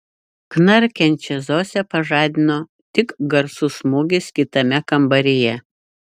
knarkiančią zosę pažadino tik garsus smūgis kitame kambaryje